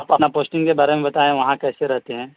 آ اپنا پوسٹنگ کے بارے میں بتائیں وہاں کیسے رہتے ہیں